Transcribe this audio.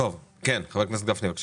כן, חה"כ גפני, בבקשה.